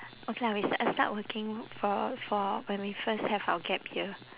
okay lah we s~ uh start working for for when we first have our gap year